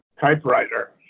typewriter